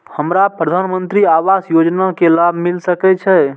हमरा प्रधानमंत्री आवास योजना के लाभ मिल सके छे?